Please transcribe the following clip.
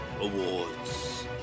awards